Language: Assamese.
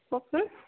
কওকচোন